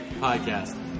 podcast